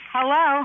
Hello